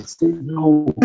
No